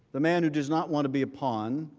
the man who does not want to be a pawn,